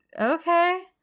okay